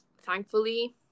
thankfully